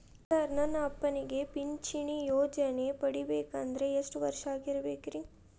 Sir ನನ್ನ ಅಪ್ಪನಿಗೆ ಪಿಂಚಿಣಿ ಯೋಜನೆ ಪಡೆಯಬೇಕಂದ್ರೆ ಎಷ್ಟು ವರ್ಷಾಗಿರಬೇಕ್ರಿ?